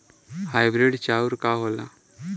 Hybrid चाउर का होला?